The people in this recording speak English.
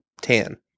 tan